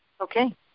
Okay